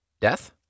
death